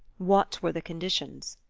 what were the conditions?